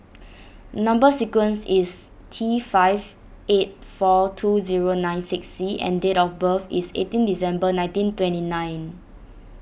Number Sequence is T five eight four two zero nine six C and date of birth is eighteen December nineteen twenty nine